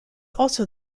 also